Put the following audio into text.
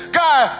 god